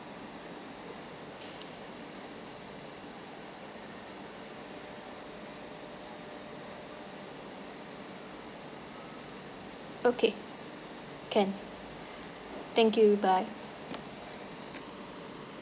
okay can thank you bye